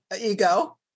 ego